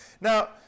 Now